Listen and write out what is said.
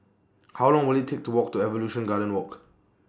How Long Will IT Take to Walk to Evolution Garden Walk